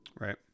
Right